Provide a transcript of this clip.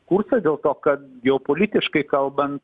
kurso dėl to kad geopolitiškai kalbant